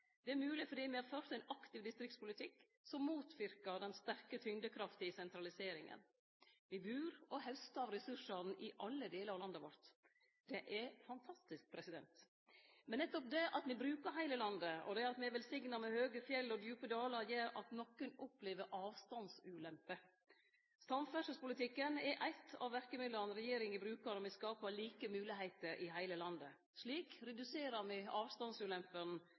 er mogleg fordi me har ført ein aktiv distriktspolitikk som motverkar den sterke tyngdekrafta i sentraliseringa. Me bur og haustar av ressursane i alle delar av landet vårt. Det er fantastisk. Men nettopp det at me brukar heile landet, og det at me er velsigna med høge fjell og djupe dalar, gjer at nokre opplever avstandsulemper. Samferdselspolitikken er eit av verkemidla regjeringa brukar når me skapar like moglegheiter i heile landet. Slik reduserer me avstandsulempene,